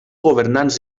governants